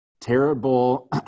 terrible